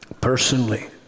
personally